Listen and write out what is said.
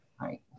right